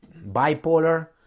bipolar